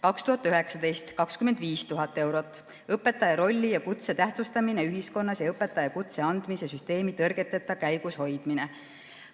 2019: 25 000 eurot, õpetaja rolli ja kutse tähtsustamine ühiskonnas ja õpetajakutse andmise süsteemi tõrgeteta käigushoidmine.